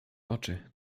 oczy